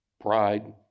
pride